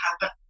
happen